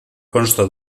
consta